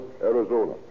Arizona